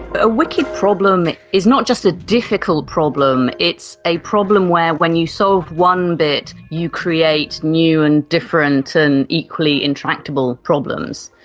a wicked problem is not just a difficult problem, it's a problem where when you solve so one bit you create new and different and equally intractable problems.